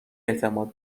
اعتماد